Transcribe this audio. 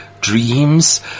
dreams